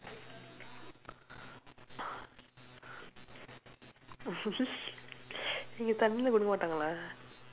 இங்கே தண்ணீ எல்லாம் கொடுக்க மாட்டாங்களா:inkee thannii ellaam kodukka maatdaangkalaa